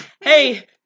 Hey